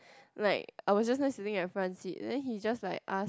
like I was just nice sitting at the front sit then he just like ask